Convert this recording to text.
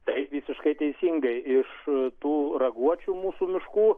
taip visiškai teisingai iš tų raguočių mūsų miškų